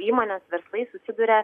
įmonės verslai susiduria